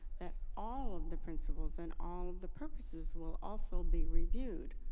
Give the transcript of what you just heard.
that all of the principles and all of the purposes will also be reviewed.